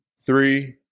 Three